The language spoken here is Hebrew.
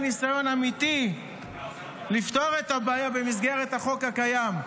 היה ניסיון אמיתי לפתור את הבעיה במסגרת החוק הקיים.